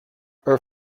her